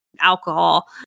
alcohol